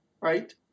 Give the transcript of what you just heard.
right